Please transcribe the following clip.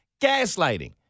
gaslighting